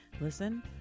listen